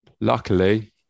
luckily